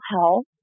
health